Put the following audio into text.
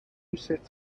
sets